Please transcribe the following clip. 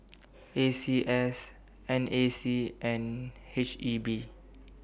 A C S N A C and H E B